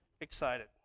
excited